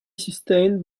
sustained